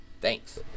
Thanks